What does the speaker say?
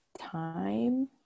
time